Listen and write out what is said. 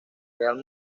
real